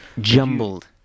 Jumbled